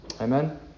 Amen